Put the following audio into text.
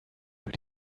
für